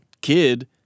kid